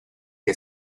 que